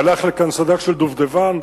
והלך לכאן סד"כ של "דובדבן",